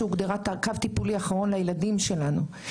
שהוגדרה כקו טיפולי אחרון לילדים שלנו.